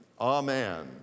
Amen